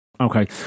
Okay